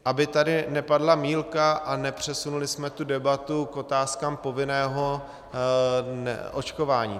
Aby tady nepadla mýlka a nepřesunuli jsme tu debatu k otázkám povinného očkování.